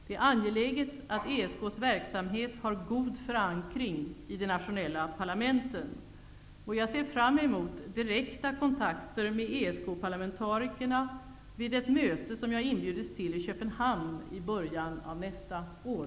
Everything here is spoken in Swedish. Det är angeläget att ESK:s verksamhet har god förankring i de nationella parlamenten, och jag ser fram emot direkta kontakter med ESK-parlamentarikerna vid ett möte som jag inbjudits till i Köpenhamn i början av nästa år.